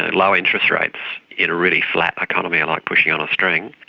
ah low interest rates in a really flat economy are like pushing on a string.